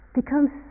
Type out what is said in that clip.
becomes